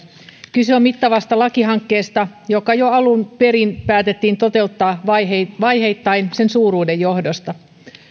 kyse on mittavasta lakihankkeesta joka jo alun perin päätettiin toteuttaa vaiheittain sen suuruuden johdosta